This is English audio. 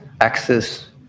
access